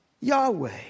Yahweh